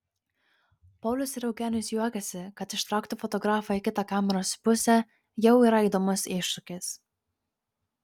paulius ir eugenijus juokiasi kad ištraukti fotografą į kitą kameros pusę jau yra įdomus iššūkis